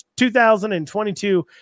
2022